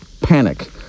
panic